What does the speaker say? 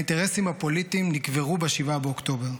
האינטרסים הפוליטיים נקברו ב-7 באוקטובר,